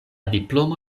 diplomo